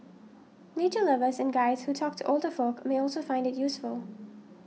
nature lovers and guides who talk to older folk may also find it useful